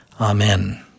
Amen